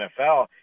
NFL